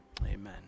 Amen